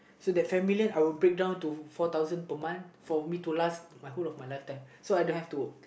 so that five million I will break down into four thousand per month for me to last the whole of my lifetime so I don't have to work